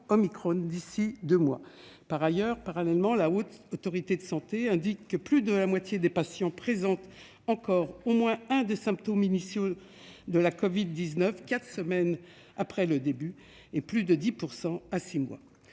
omicron d'ici à deux mois. En parallèle, la Haute Autorité de santé indique que « plus de la moitié des patients présentent encore au moins un des symptômes initiaux de la covid-19 quatre semaines après le début de la maladie, et plus de 10 % à six mois